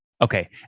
Okay